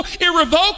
irrevocable